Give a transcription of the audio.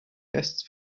guests